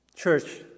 Church